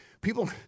People